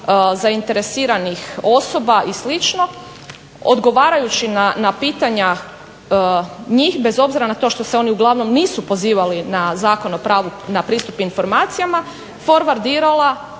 slično odgovarajući na pitanja njih bez obzira na to što se oni uglavnom nisu pozivali na Zakon o pravu na pristup informacijama forwardirala